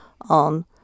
on